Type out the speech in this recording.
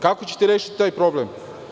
Kako ćete rešiti taj problem?